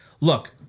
Look